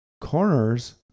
corners